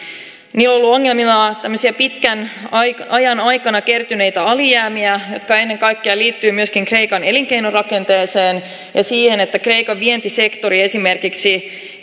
siellä ovat olleet ongelmana tämmöiset pitkän ajan aikana kertyneet alijäämät jotka ennen kaikkea liittyvät myöskin kreikan elinkeinorakenteeseen ja siihen että kreikan vientisektori esimerkiksi